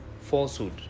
falsehood